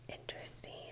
interesting